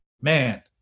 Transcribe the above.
man